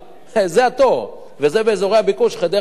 זה התור, וזה באזורי הביקוש, חדרה גדרה.